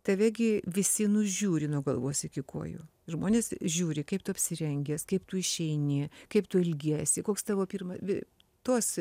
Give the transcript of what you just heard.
tave gi visi nužiūri nuo galvos iki kojų žmonės žiūri kaip tu apsirengęs kaip tu išeini kaip tu elgiesi koks tavo pirma vi tos